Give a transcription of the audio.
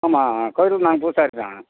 ஆமாம் கோவிலுக்கு நாங்கள் பூசாரி தான்